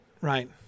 Right